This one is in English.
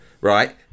right